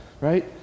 right